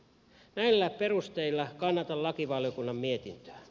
näillä perusteilla kannatan lakivaliokunnan mietintöä